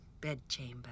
bedchamber